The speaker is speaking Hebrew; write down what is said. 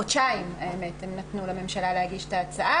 הם נתנו לממשלה חודשיים כדי להגיש את ההצעה